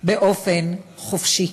באופן חופשי.